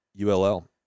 ULL